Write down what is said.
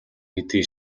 хэдий